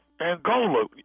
Angola